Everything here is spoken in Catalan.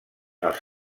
els